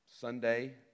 Sunday